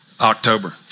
October